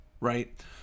Right